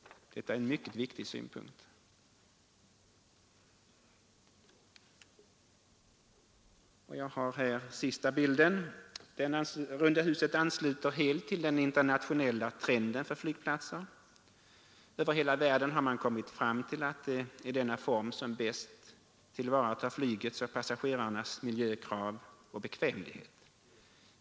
Detta är en mycket viktig synpunkt. Min sista bild på TV-skärmen visar att runda huset ansluter sig helt till den internationella trenden för flygplatser. Över hela världen har man kommit fram till att det är denna form som bäst tillvaratar flygets och passagerarnas miljökrav och bekvämlighet.